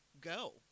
Go